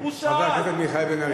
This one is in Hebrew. חבר הכנסת מיכאל בן-ארי.